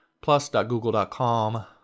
plus.google.com